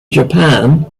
japan